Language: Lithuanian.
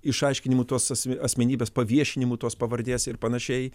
išaiškinimu tos dvi asmenybės paviešinimu tos pavardės ir panašiai